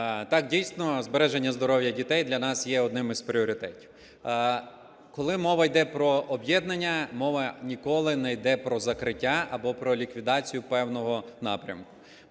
Так, дійсно збереження здоров'я дітей для нас є одним із пріоритетів. Коли мова йде про об'єднання, мова ніколи не йде про закриття, або про ліквідацію певного напрямку.